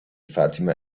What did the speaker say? fatima